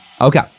Okay